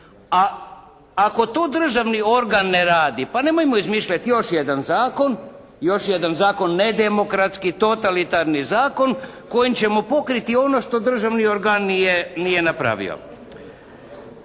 ako to državni organ ne radi, pa nemojmo izmišljati još jedan zakon nedemokratski, totalitarni zakon kojim ćemo pokriti ono što državni organ nije napravio.